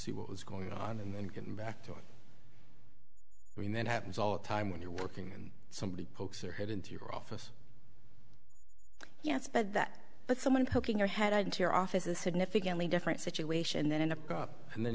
see what was going on and then going back to when that happens all the time when you're working and somebody pokes their head into your office yes but that but someone poking your head into your office is significantly different situation than a cop and then